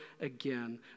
again